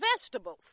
vegetables